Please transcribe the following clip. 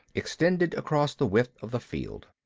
extended across the width of the field.